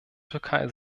türkei